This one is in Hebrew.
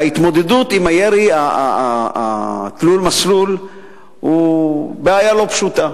ההתמודדות עם הירי תלול-מסלול היא בעיה לא פשוטה.